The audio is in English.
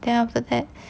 then after that